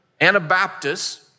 Anabaptists